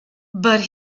but